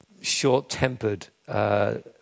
short-tempered